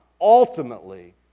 ultimately